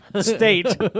state